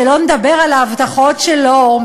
שלא לדבר על ההבטחות שלו.